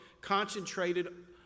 concentrated